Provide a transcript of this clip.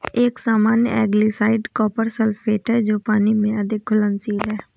एक सामान्य algicide copper sulphate है जो पानी में अत्यधिक घुलनशील है